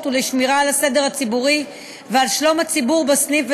ולשמירה על הסדר הציבורי ועל שלום הציבור בסניף,